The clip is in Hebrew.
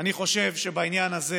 חושב שבעניין הזה